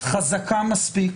חזקה מספיק